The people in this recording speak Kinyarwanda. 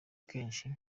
kwinshi